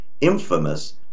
infamous